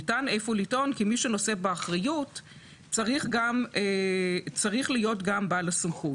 ניתן איפה לטעון כי מי שנושא באחריות צריך להיות גם בעל הסמכות.